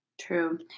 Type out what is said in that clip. True